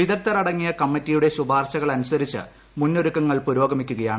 വിദഗ്ദ്ധർ അടങ്ങിയ കമ്മിറ്റിയുടെ ശുപ്പാർശ്കൾ അനുസരിച്ച് മുന്നൊരുക്കങ്ങൾ പുരോഗമിക്കുകയാണ്